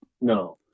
No